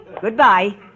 Goodbye